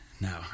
No